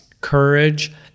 courage